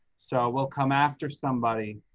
so will come after somebody